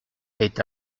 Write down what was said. est